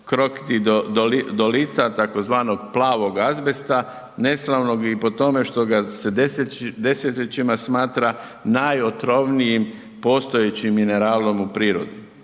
75 kilograma tzv. plavog azbesta, neslavnog i po tome što ga se desetljećima smatra najotrovnijim postojećim mineralom u prirodi,